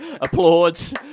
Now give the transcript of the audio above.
applauds